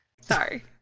sorry